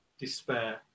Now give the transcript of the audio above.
despair